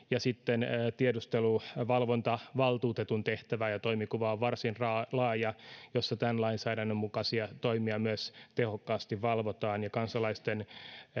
ja sitten tiedusteluvalvontavaltuutetun tehtävä ja toimenkuva on varsin laaja ja näin tämän lainsäädännön mukaisia toimia myös tehokkaasti valvotaan ja kansalaisten